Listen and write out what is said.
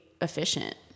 efficient